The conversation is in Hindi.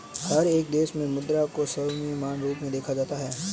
हर एक देश में मुद्रा को सर्वमान्य रूप से देखा जाता है